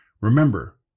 Remember